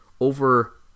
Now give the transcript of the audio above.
over